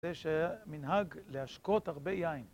זה שמנהג להשקות הרבה יין.